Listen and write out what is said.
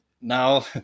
now